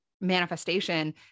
manifestation